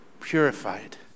purified